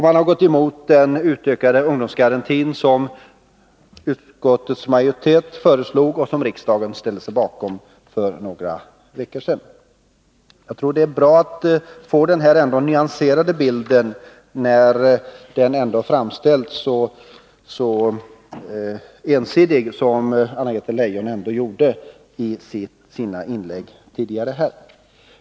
Ni har också gått emot den utökade ungdomsgarantin, som utskottets majoritet föreslog och som riksdagen ställde sig bakom för några veckor sedan. Jag tror det är bra att få den här nyanserade bilden när situationen framställs så ensidigt som Anna-Greta Leijon gjorde i sina tidigare inlägg.